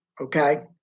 Okay